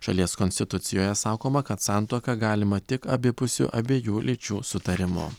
šalies konstitucijoje sakoma kad santuoka galima tik abipusiu abiejų lyčių sutarimu